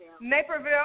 Naperville